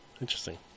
Interesting